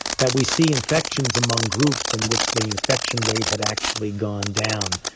that we see infections among groups in which the infection rate had actually gone down,